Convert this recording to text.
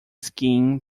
skiing